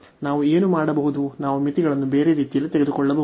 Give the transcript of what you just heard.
ನಾವು ಏನು ಮಾಡಬಹುದು ನಾವು ಮಿತಿಗಳನ್ನು ಬೇರೆ ರೀತಿಯಲ್ಲಿ ತೆಗೆದುಕೊಳ್ಳಬಹುದು